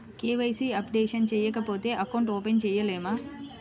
KYC updation చేయకపోతే account open చేయలేమా?